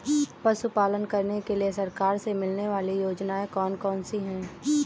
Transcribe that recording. पशु पालन करने के लिए सरकार से मिलने वाली योजनाएँ कौन कौन सी हैं?